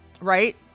right